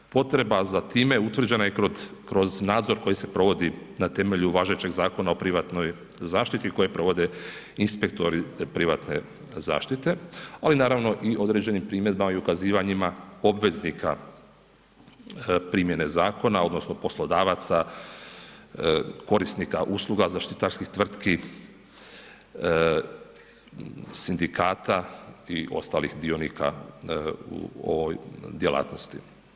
Potreba za time, utvrđena je kroz nadzor koji se provodi na temelju važećeg Zakona o privatnoj zaštiti, koje provodi inspektori te privatne zaštite, ali i naravno, određeni time, na ukazivanjima obveznika primjene zakona, odnosno, poslodavaca korisnika usluga zaštitarskih tvrtki, sindikata i ostalih dionika u ovoj djelatnosti.